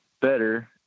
better